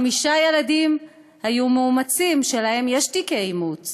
חמישה ילדים שלהם יש תיקי אימוץ